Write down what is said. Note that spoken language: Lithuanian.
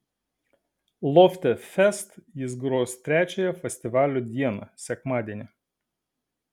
lofte fest jis gros trečiąją festivalio dieną sekmadienį